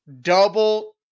double